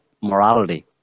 morality